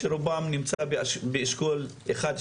שרובן נמצאות באשכולות 1,